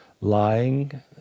Lying